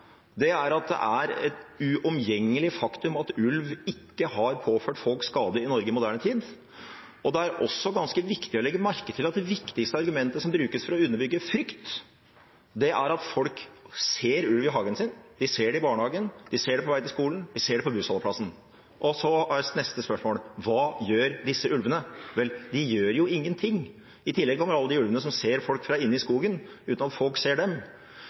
understreker, er at det er et uomgjengelig faktum at ulv ikke har påført folk skade i Norge i moderne tid. Det er også ganske viktig å legge merke til at det viktigste argumentet som brukes for å underbygge frykt, er at folk ser ulv i hagen sin, de ser den i barnehagen, de ser den på vei til skolen, og de ser den på bussholdeplassen. Da er neste spørsmål: Hva gjør disse ulvene? Vel, de gjør jo ingenting. I tillegg kommer alle de ulvene som ser folk fra inni skogen, uten at folk ser dem.